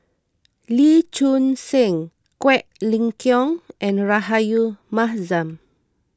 Lee Choon Seng Quek Ling Kiong and Rahayu Mahzam